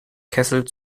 kessel